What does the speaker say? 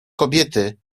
kobiety